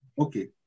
Okay